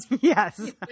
Yes